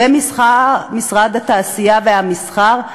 ומשרד התעשייה והמסחר,